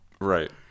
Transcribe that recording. right